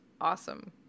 Awesome